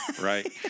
Right